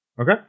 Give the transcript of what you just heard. Okay